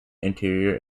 interior